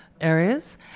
areas